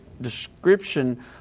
description